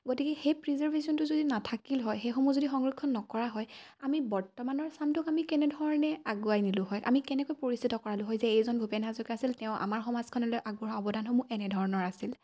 গতিকে সেই প্ৰিজাৰ্ভেশ্যনটো যদি নাথাকিল হয় সেইসমূহ যদি সংৰক্ষণ নকৰা হয় আমি বৰ্তমানৰ চামটোক আমি কেনেধৰণে আগুৱাই নিলোঁ হয় আমি কেনেকৈ পৰিচিত কৰালোঁ হয় যে এইজন ভূপেন হাজৰিকা আছিল তেওঁ আমাৰ সমাজখনলৈ আগবঢ়োৱা অৱদানসমূহ এনেধৰণৰ আছিল